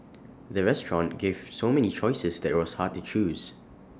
the restaurant gave so many choices that IT was hard to choose